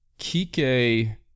Kike